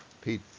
Pete